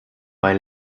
bei